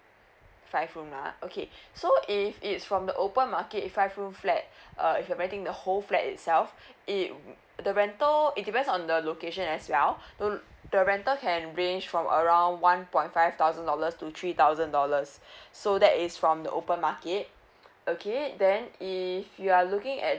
five room ah okay so if it's from the open market five room flat uh if you're renting the whole flat itself it the rental it depends on the location as well uh the rental can range from around one point five thousand dollars to three thousand dollars so that is from the open market okay then if you're looking at